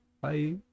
bye